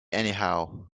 anyhow